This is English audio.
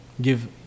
give